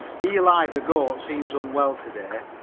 eli, the goat, seems unwell to-day.